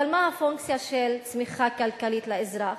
אבל מה הפונקציה של צמיחה כלכלית לאזרח?